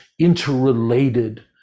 interrelated